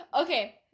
Okay